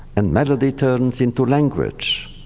and melody turns into language,